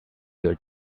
your